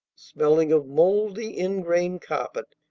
smelling of moldy ingrain carpet,